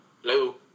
Hello